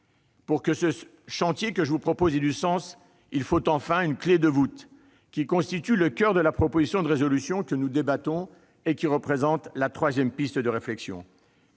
Pour que ce chantier que je nous propose ait du sens, il lui faut une clé de voûte, qui constitue le coeur de la proposition de résolution que nous débattons et qui représente la troisième piste de réflexion.